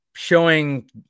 showing